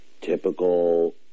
typical